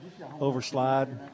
overslide